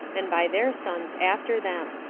and by their sons after them.